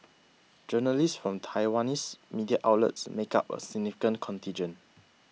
journalists from Taiwanese media outlets make up a significant contingent